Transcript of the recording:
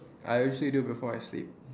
I usually do before I sleep